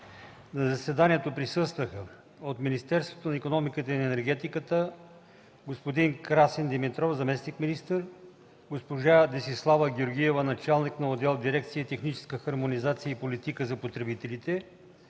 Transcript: На заседанието присъстваха: от Министерството на икономиката и енергетиката: господин Красин Димитров – заместник-министър, госпожа Десислава Георгиева – началник на отдел в дирекция „Техническа хармонизация и политика за потребителите“